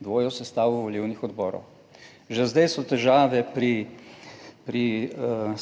Dvojo sestavo volilnih odborov. Že zdaj so težave pri